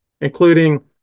including